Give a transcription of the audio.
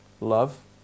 Love